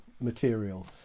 material